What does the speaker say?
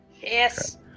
Yes